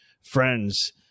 friends